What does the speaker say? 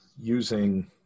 using